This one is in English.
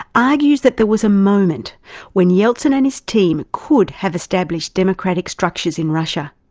argues that there was a moment when yeltsin and his team could have established democratic structures in russia.